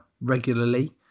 regularly